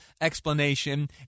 explanation